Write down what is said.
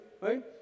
Right